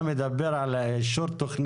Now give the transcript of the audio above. אתה לא מרגיש שזה נעשה כך?